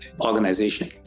organization